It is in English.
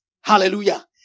Hallelujah